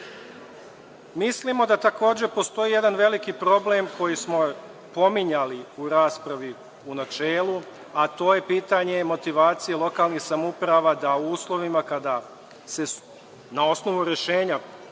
lica. Mislimo da takođe postoji jedan veliki problem koji smo pominjali u raspravi u načelu, a to je pitanje motivacije lokalnih samouprava da u uslovima kada im se, na osnovu rešenja